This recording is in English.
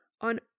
on